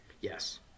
Yes